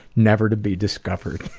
never to be discovered.